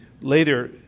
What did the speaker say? later